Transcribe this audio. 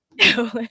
No